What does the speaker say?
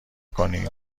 کنیم